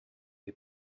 des